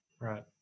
Right